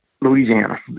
Louisiana